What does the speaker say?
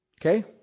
Okay